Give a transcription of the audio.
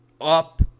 Up